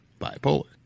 Bipolar